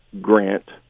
grant